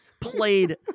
played